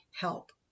help